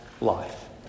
life